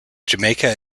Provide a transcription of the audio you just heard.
jamaica